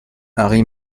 harry